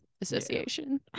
association